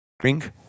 Drink